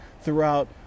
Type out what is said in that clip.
throughout